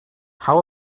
how